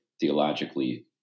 theologically